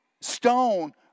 stone